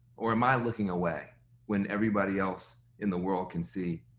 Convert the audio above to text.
or am i looking away when everybody else in the world can see,